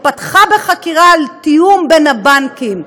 והיא פתחה בחקירה על תיאום בין הבנקים.